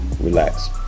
relax